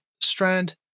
strand